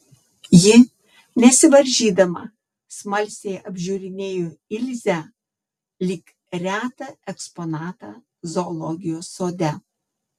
ji nesivaržydama smalsiai apžiūrinėjo ilzę lyg retą eksponatą zoologijos sode